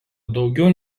daugiau